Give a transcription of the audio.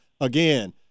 again